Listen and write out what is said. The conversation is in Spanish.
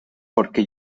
porque